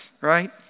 right